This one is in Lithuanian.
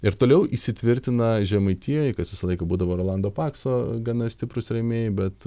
ir toliau įsitvirtina žemaitijoj kas visą laiką būdavo rolando pakso gana stiprūs rėmėjai bet